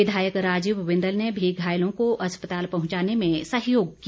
विधायक राजीव बिंदल ने भी घायलों को अस्पताल पहुंचाने में सहयोग किया